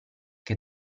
che